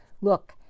Look